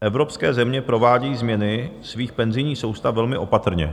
Evropské země provádějí změny svých penzijních soustav velmi opatrně.